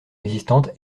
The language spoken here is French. existante